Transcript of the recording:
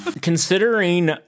considering